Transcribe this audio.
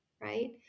right